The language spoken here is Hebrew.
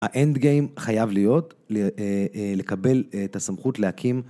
האנד גיים חייב להיות לקבל את הסמכות להקים